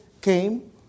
came